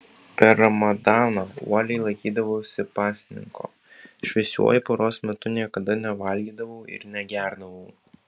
per ramadaną uoliai laikydavausi pasninko šviesiuoju paros metu niekada nevalgydavau ir negerdavau